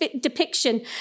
depiction